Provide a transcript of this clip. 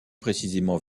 précisément